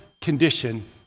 condition